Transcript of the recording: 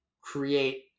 create